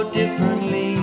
differently